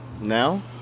Now